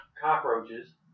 cockroaches